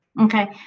Okay